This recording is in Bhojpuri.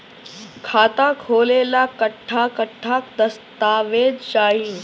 खाता खोले ला कट्ठा कट्ठा दस्तावेज चाहीं?